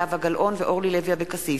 זהבה גלאון ואורלי לוי אבקסיס.